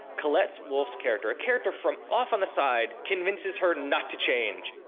collette wolfe's character, a character from off on the side convinces her not to change.